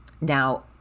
Now